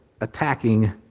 attacking